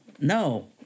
No